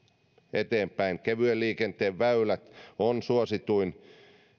eteenpäin kevyen liikenteen väylät ovat suosituimpia